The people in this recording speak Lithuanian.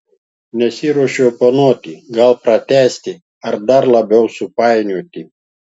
nesiruošiu oponuoti gal pratęsti ar dar labiau supainioti